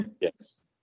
Yes